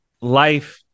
life